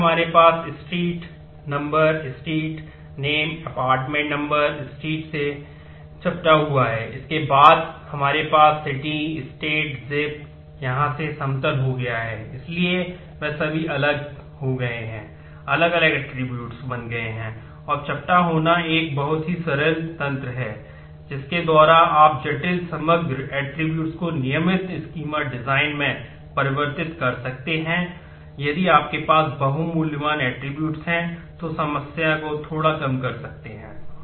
फिर हमारे पास street number street name apartment number है तो समस्या को थोड़ा कम कर सकते हैं